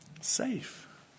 Safe